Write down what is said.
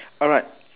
alright